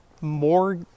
more